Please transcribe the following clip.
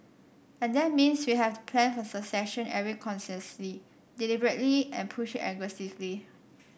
and that means we have to plan for succession very consciously deliberately and push it aggressively